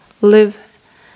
live